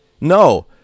no